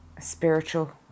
spiritual